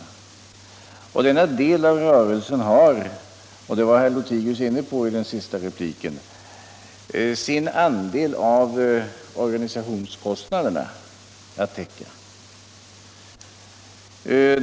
Denna del av rörelsen har — och det var herr Lothigius inne på i sin senaste replik — sin andel av organisationskostnaden att täcka.